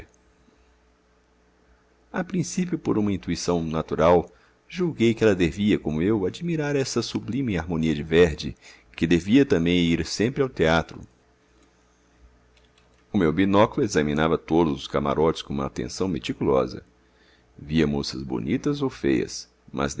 a princípio por uma intuição natural julguei que ela devia como eu admirar essa sublime harmonia de verdi que devia também ir sempre ao teatro o meu binóculo examinava todos os camarotes com uma atenção meticulosa via moças bonitas ou feias mas